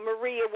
maria